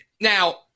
now